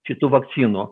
šitų vakcinų